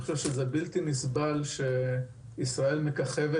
אני חושב שזה בלתי נסבל שישראל מככבת